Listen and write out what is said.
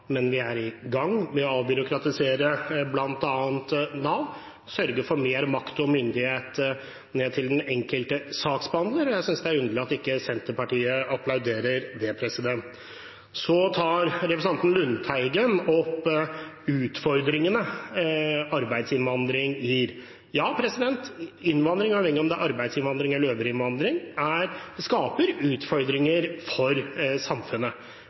men vi er i gang med å avbyråkratisere bl.a. Nav, sørge for å gi mer makt og myndighet til den enkelte saksbehandler. Jeg synes det er underlig at ikke Senterpartiet applauderer det. Så tar representanten Lundteigen opp utfordringene arbeidsinnvandring gir. Ja, innvandring – uavhengig av om det er arbeidsinnvandring eller øvrig innvandring – skaper utfordringer for samfunnet.